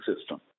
system